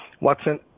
Watson